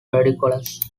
ridiculous